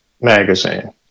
magazine